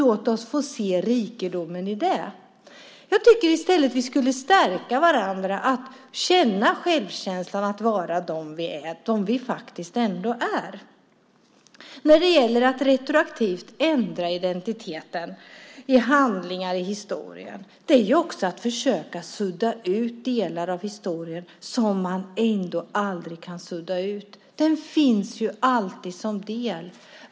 Låt oss få se rikedomen i det. Vi borde i stället stärka varandra att känna självkänslan att vara de vi faktiskt ändå är. Att retroaktivt ändra identiteten i handlingar i historien är också att försöka sudda ut delar av historien som man ändå aldrig kan sudda ut. Det finns alltid som en del.